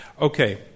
Okay